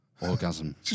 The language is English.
orgasm